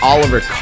Oliver